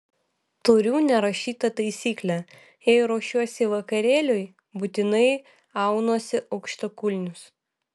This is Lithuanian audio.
turiu nerašytą taisyklę jei ruošiuosi vakarėliui būtinai aunuosi aukštakulnius